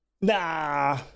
nah